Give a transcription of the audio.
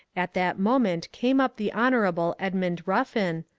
at that moment came up the hon. edmund ruffin,